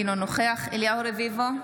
אינו נוכח אליהו רביבו,